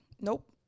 Nope